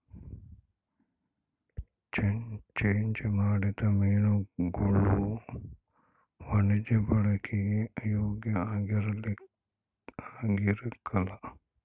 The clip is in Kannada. ಚೆಂಜ್ ಮಾಡಿದ ಮೀನುಗುಳು ವಾಣಿಜ್ಯ ಬಳಿಕೆಗೆ ಯೋಗ್ಯ ಆಗಿರಕಲ್ಲ